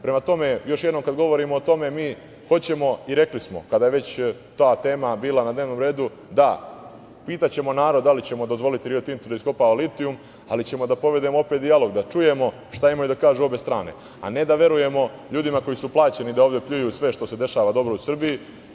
Prema tome, još jednom, kad govorimo o tome, mi hoćemo i rekli smo, kada je već ta tema bila na dnevnom redu - da, pitaćemo narod da li ćemo dozvoliti "Rio Tintu" da iskopava litijum, ali ćemo da povedemo opet dijalog, da čujemo šta imaju da kažu obe strane, a ne da verujemo ljudima koji su plaćeni da ovde pljuju sve što se dešava u Srbiji.